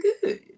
good